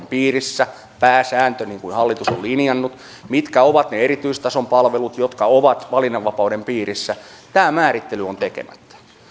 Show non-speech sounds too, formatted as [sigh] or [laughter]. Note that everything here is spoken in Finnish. [unintelligible] piirissä pääsääntö niin kuin hallitus on linjannut mitkä ovat ne erityistason palvelut jotka ovat valinnanvapauden piirissä tämä määrittely on tekemättä